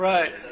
Right